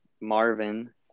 Marvin